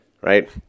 right